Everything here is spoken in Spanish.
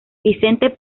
vicente